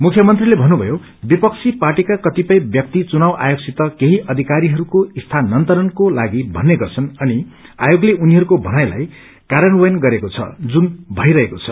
मुख्यमन्त्रीले भन्नुभयो विपक्षी पार्टीका कतिपय व्यक्ति चुनाव आयोग सित केही अधिकारीहरूको स्थानान्तरणको लागि भन्ने गर्छन् अनि आयोगले उनीहरूको भनाईलाई कार्यान्वयन गरेको छ जुन भइरहेको छ